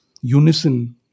unison